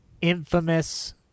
infamous